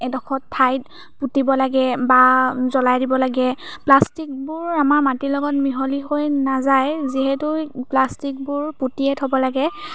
এডোখৰ ঠাইত পুতিব লাগে বা জ্বলাই দিব লাগে প্লাষ্টিকবোৰ আমাৰ মাটিৰ লগত মিহলি হৈ নাযায় যিহেতু প্লাষ্টিকবোৰ পুতিয়েই থ'ব লাগে